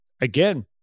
Again